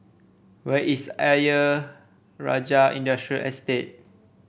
where is Ayer Rajah Industrial Estate